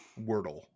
Wordle